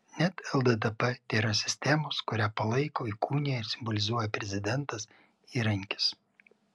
net lddp tėra sistemos kurią palaiko įkūnija ir simbolizuoja prezidentas įrankis